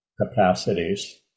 capacities